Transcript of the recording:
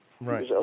Right